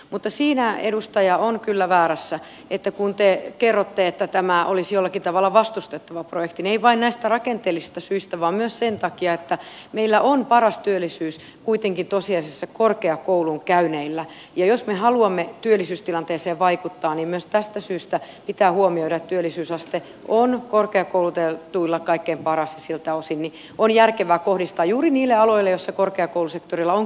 mutta siinä edustaja on kyllä väärässä kun te kerrotte että tämä olisi jollakin tavalla vastustettava projekti ei vain näistä rakenteellisista syistä vaan myös sen takia että meillä on paras työllisyys kuitenkin tosiasiassa korkeakoulun käyneillä ja jos me haluamme työllisyystilanteeseen vaikuttaa niin myös tästä syystä pitää huomioida että työllisyysaste on korkeakoulutetuilla kaikkein paras ja siltä osin on järkevää kohdistaa myös nämä uudet paikat juuri niille aloille joilla korkeakoulusektorilla on kysyntää